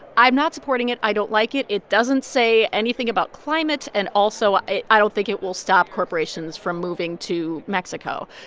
i'm not supporting it. i don't like it. it doesn't say anything about climate. and also, i don't think it will stop corporations from moving to mexico.